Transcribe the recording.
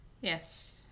yes